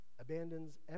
abandons